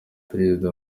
perezida